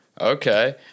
okay